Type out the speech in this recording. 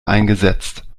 eingesetzt